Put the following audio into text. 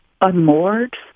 unmoored